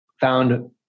found